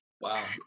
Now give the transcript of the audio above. Wow